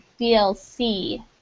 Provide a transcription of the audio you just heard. DLC